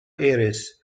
ares